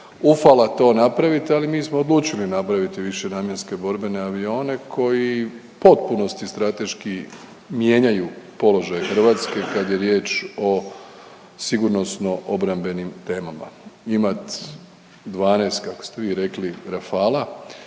ufala to napraviti, ali mi smo odlučili nabaviti višenamjenske borbene avione koji potpunosti strateški mijenjaju položaj Hrvatske kad je riječ o sigurnosno-obrambenim temama. Imati 12, kako ste vi rekli, Rafalea